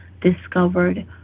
discovered